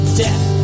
death